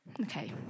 Okay